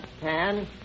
ten